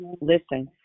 listen